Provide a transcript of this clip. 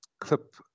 clip